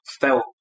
felt